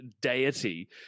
deity